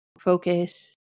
focus